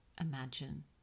imagine